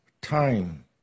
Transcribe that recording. time